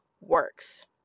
works